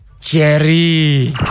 Jerry